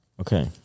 Okay